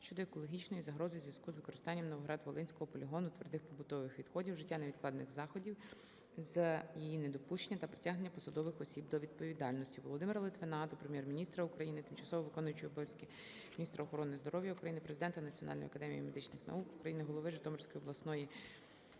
щодо екологічної загрози у зв'язку з використанням Новоград-Волинського полігону твердих побутових відходів, вжиття невідкладних заходів з її недопущення та притягнення посадових осіб до відповідальності. Володимира Литвина до Прем'єр-міністра України, тимчасово виконуючої обов'язки міністра охорони здоров'я України, Президента Національної академії медичних наук України, голови Житомирської обласної